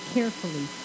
Carefully